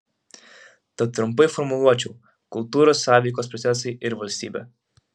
tad trumpai formuluočiau kultūrų sąveikos procesai ir valstybė